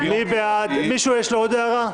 למישהו יש עוד הערה?